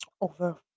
over